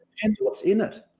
and what's in it?